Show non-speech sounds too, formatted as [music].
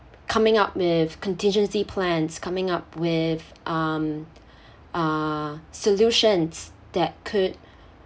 coming up with contingency plans coming up with um [breath] uh solutions that could